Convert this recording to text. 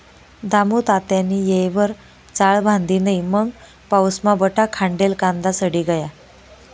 दामुतात्यानी येयवर चाळ बांधी नै मंग पाऊसमा बठा खांडेल कांदा सडी गया